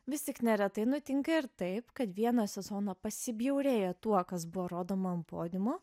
vis tik neretai nutinka ir taip kad vieną sezoną pasibjaurėję tuo kas buvo rodoma ant podiumo